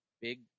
big